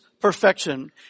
perfection